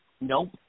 Nope